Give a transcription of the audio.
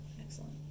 Excellent